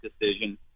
decision